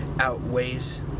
outweighs